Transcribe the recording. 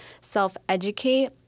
self-educate